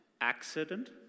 accident